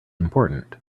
important